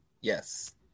Yes